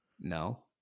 No